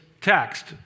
text